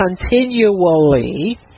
continually